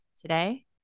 today